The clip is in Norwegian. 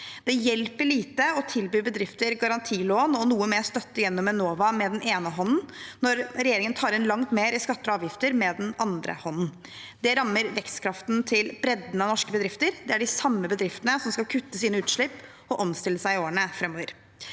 Det hjelper lite å tilby bedrifter garantilån og noe mer støtte gjennom Enova med den ene hånden, når regjeringen tar inn langt mer i skatter og avgifter med den andre hånden. Det rammer vekstkraften til bredden av norske bedrifter, og det er de samme bedriftene som skal kutte sine utslipp og omstille seg i årene framover.